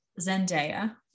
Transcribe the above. Zendaya